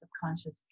subconscious